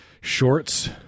shorts